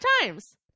Times